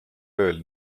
ööl